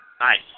Nice